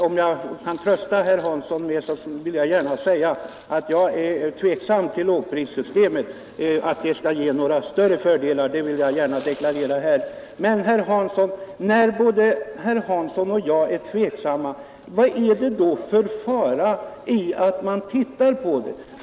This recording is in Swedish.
Om det kan trösta herr Hansson i Skegrie vill jag gärna deklarera att jag är tveksam i frågan om att lågprissystemet skulle ge några större fördelar. Men när både herr Hansson och jag är tveksamma, vad är det då för fara i att man tittar på det?